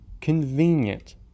convenient